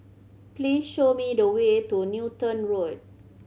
please show me the way to Newton Road